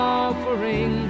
offering